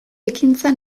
ekintza